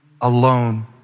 alone